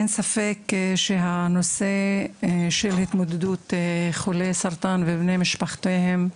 אין ספק שנושא ההתמודדות של חולי סרטן ובני משפחותיהם,